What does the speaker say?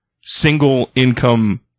single-income